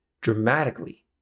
dramatically